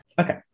okay